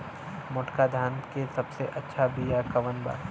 मोटका धान के सबसे अच्छा बिया कवन बा?